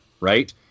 right